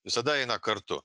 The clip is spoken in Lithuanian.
visada eina kartu